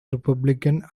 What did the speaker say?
republican